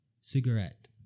cigarette